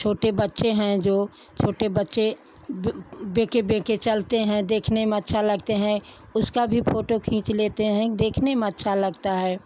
छोटे बच्चे हैं जो छोटे बच्चे बेके बेके चलते हैं देखने में अच्छा लगते हैं उसका भी फोटो खींच लेते हैं देखने में अच्छा लगता है